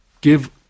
give